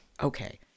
Okay